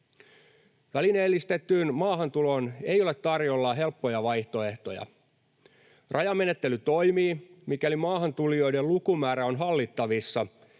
Välineellistettyyn maahantuloon ei ole tarjolla helppoja vaihtoehtoja. Rajamenettely toimii, mikäli maahantulijoiden lukumäärä on hallittavissa,